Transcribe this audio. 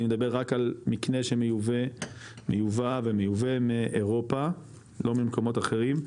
אני מדבר רק על מקנה שמיובא ומיובא מאירופה לא ממקומות אחרים,